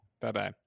Bye-bye